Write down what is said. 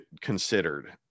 considered